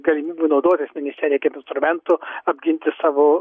galimybių naudotis ministerija kaip instrumentu apginti savo